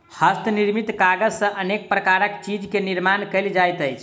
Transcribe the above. हस्त निर्मित कागज सॅ अनेक प्रकारक चीज के निर्माण कयल जाइत अछि